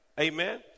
Amen